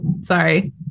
sorry